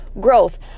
growth